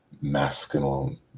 masculine